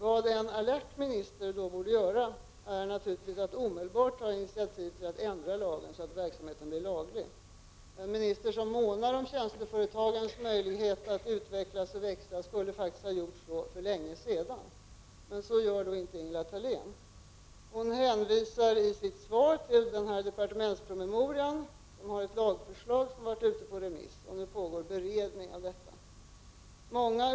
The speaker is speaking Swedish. Vad en alert minister då borde göra är naturligtvis att omedelbart ta initiativ till att ändra lagen så att verksamheten blir laglig. En minister som månar om tjänsteföretagens möjlighet att utvecklas och växa skulle ha gjort det för länge sedan, men så gör inte Ingela Thalén. Hon hänvisar i sitt svar till en departementspromemoria som innehåller ett lagförslag och som har varit ute på remiss. Det pågår nu en beredning av promemorian.